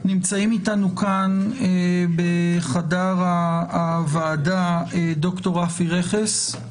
נמצאים אתנו כאן בחדר הוועדה ד"ר רפי רכס,